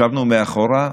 ישבנו מאחור.